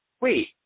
wait